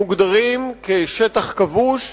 מוגדרים שטח כבוש,